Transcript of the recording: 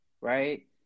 right